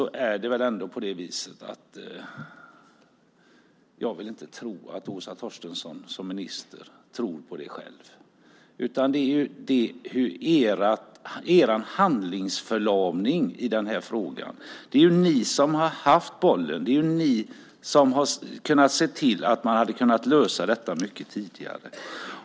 Jag vill inte tro att Åsa Torstensson som minister tror på det själv. Ni har haft en handlingsförlamning i den här frågan. Det är ni som har haft bollen. Det är ni som hade kunnat se till att man hade kunnat lösa det mycket tidigare.